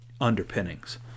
underpinnings